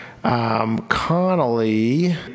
Connolly